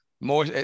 more